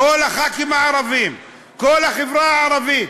כל הח"כים הערבים, כל החברה הערבית,